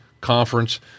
conference